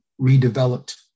redeveloped